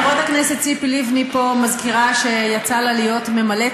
חברת הכנסת ציפי לבני פה מזכירה שיצא לה להיות ממלאת